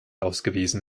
ausgewiesen